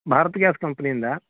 Bharat gas ಕಂಪನಿಯಿಂದ